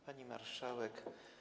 Pani Marszałek!